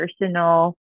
personal